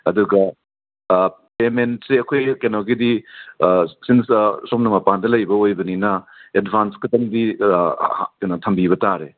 ꯑꯗꯨꯒ ꯄꯦꯃꯦꯟꯠꯁꯦ ꯑꯩꯈꯣꯏ ꯀꯩꯅꯣꯒꯤꯗꯤ ꯁꯣꯝꯗ ꯃꯄꯥꯟꯗ ꯂꯩꯕ ꯑꯣꯏꯕꯅꯤꯅ ꯑꯦꯗꯚꯥꯟꯁ ꯈꯇꯪꯗꯤ ꯊꯝꯕꯤꯕ ꯇꯥꯔꯦ